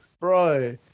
Bro